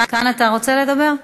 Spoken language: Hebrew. כאן אתה רוצה לדבר?